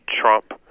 Trump